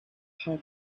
how